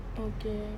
okay